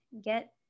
get